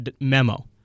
memo